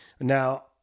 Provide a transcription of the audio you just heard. Now